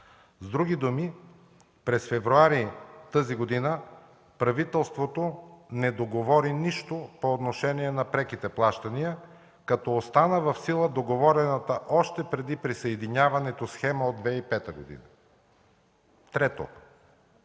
С други думи, през месец февруари тази година правителството не договори нищо по отношение на преките плащания, като остана в сила договорената още преди присъединяването схема от 2005 г. Трето,